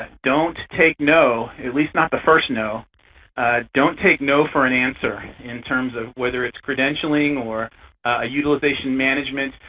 ah don't take no at least not the first no don't take no for an answer in terms of whether it's credentialing or a utilization management.